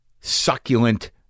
succulent